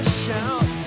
shout